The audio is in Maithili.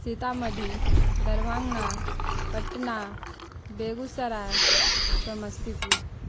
सीतामढ़ी दरभङ्गा पटना बेगूसराय समस्तीपुर